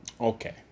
Okay